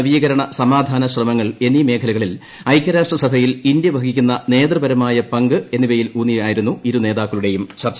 നവീകരണ സമാധാന ശ്രമങ്ങൾ എന്നീ മേഖലകളിൽ ഐക്യരാഷ്ട്ര സഭയിൽ ഇന്ത്യ വഹിക്കുന്ന നേതൃപരമായ പങ്ക് ഇവയിലൂന്നിയായിരുന്നു ഇരു നേതാക്കളുടെയും ചർച്ച